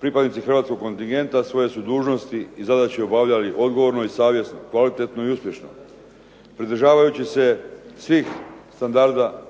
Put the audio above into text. Pripadnici hrvatskog kontingenta svoje su dužnosti i zadaće obavljali odgovorno i savjesno, kvalitetno i uspješno pridržavajući se svih standarda